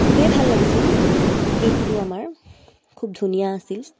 খুবেই ভাল লাগিছিল ট্ৰিপটো আমাৰ খুব ধুনীয়া আছিল